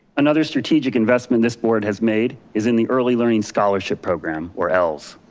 another strategic investment this board has made is in the early learning scholarship program or els.